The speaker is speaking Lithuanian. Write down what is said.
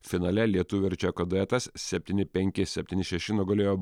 finale lietuvio ir čeko duetas septyni penki septyni šeši nugalėjo